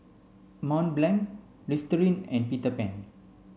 Mont Blanc Listerine and Peter Pan